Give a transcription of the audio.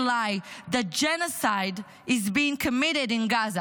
lie that "genocide is being committed in Gaza".